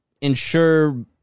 ensure